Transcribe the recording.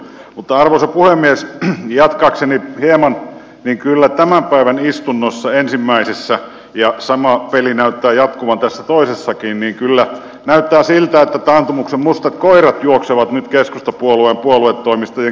mutta arvoisa puhemies jatkaakseni hieman niin kyllä tämän päivän istunnoissa ensimmäisessä ja sama peli näyttää jatkuvan tässä toisessakin näyttää siltä että taantumuksen mustat koirat juoksevat nyt keskustapuolueen puoluetoimiston käytävillä